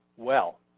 well,